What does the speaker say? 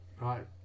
right